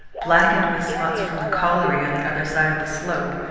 blackened with smuts from the colliery on the other side of the slope,